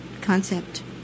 concept